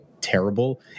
terrible